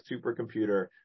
supercomputer